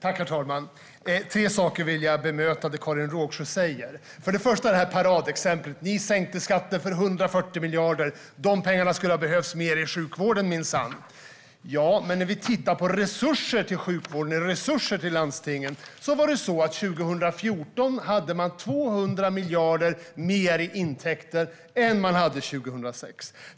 Herr talman! Jag vill bemöta tre saker som Karin Rågsjö tar upp. Först drar hon paradexemplet och säger att vi sänkte skatter för 140 miljarder. De pengarna skulle ha behövts mer i sjukvården, minsann! Ja, men när vi tittar på resurser till sjukvården och landstingen kan vi se att 2014 hade man 200 miljarder mer i intäkter än man hade 2006.